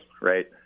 right